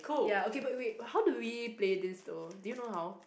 ya okay but wait how do we play this though do you know how